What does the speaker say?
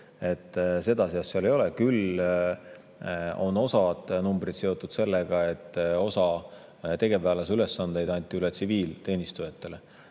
Seda seost ei ole. Küll on osa numbreid seotud sellega, et osa tegevväelase ülesandeid anti üle tsiviilteenistujatele.